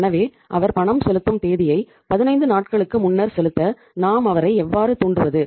எனவே அவர் பணம் செலுத்தும் தேதியை 15 நாட்களுக்கு முன்னர் செலுத்த நாம் அவரை எவ்வாறு தூண்டுவது